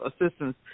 assistance